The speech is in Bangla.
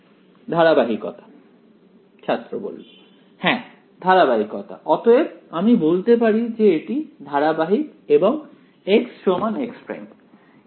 ছাত্র ধারাবাহিকতা হ্যাঁ ধারাবাহিকতা অতএব আমি বলতে পারি যে এটি ধারাবাহিক এবং xx'